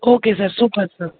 okay sir super sir